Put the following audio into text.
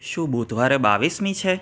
શું બુધવારે બાવીસમી છે